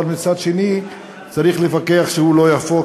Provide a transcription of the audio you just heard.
אבל מצד שני צריך לפקח שהוא לא יהפוך,